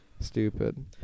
Stupid